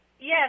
Yes